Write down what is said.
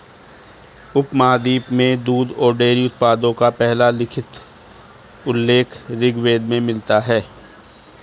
उपमहाद्वीप में दूध और डेयरी उत्पादों का पहला लिखित उल्लेख ऋग्वेद में मिलता है